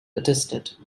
attested